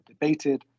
debated